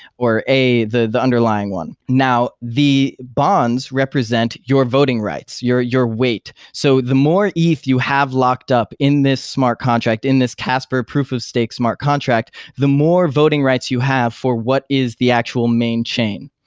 or a, the the underlying one. now, thee bonds represent your voting rights, your your weight. so the more eth you have locked up in this smart contract, in this casper proof of stake smart contract, the more voting rights you have for what is the actual main chain.